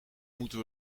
moeten